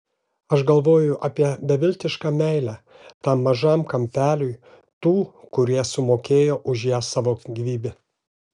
aš galvoju apie beviltišką meilę tam mažam kampeliui tų kurie sumokėjo už ją savo gyvybe